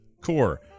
core